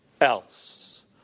else